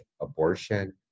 abortion